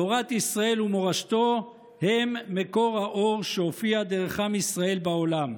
תורת ישראל ומורשתו הם מקור האור שהופיע דרך עם ישראל בעולם.